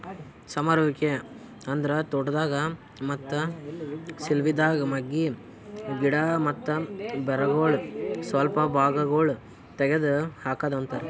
ಸಮರುವಿಕೆ ಅಂದುರ್ ತೋಟದಾಗ್, ಮತ್ತ ಸಿಲ್ವಿದಾಗ್ ಮಗ್ಗಿ, ಗಿಡ ಮತ್ತ ಬೇರಗೊಳ್ ಸ್ವಲ್ಪ ಭಾಗಗೊಳ್ ತೆಗದ್ ಹಾಕದ್ ಅಂತರ್